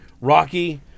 Rocky